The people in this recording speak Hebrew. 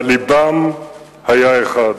אבל לבם היה אחד.